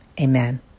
Amen